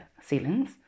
ceilings